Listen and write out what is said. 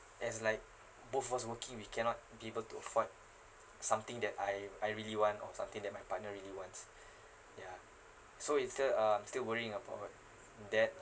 that's like both of us working we cannot be able to afford something that I I really want or something that my partner really wants ya so instead uh still worrying about that